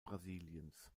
brasiliens